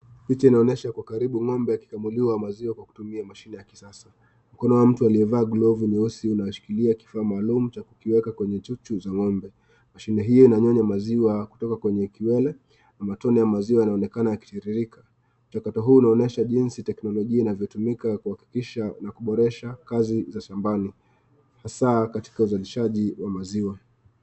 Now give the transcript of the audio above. Picha inaonyesha kwa karibu ng'ombe akikamuliwa maziwa kwa kutumia mashine ya kisasa. Mkono wa mtu aliyevaa glovu nyeusi unashikilia kifaa maalum cha kukiweka kwenye chuchu za ng'ombe. Mashine hiyo inanyonya maziwa kutoka kwenye kiwele na matone ya maziwa yanaonekana yakitiririka. Mchakato huu unaonyesha jinsi teknolojia inavyotumika kuhakikisha na kuboresha kazi za shambani, hasa katika uzalishaji wa maziwa.